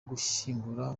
gushyingura